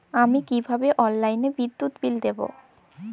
আমি কিভাবে অনলাইনে বিদ্যুৎ বিল দেবো?